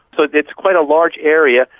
so it's quite a large area,